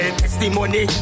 testimony